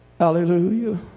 Hallelujah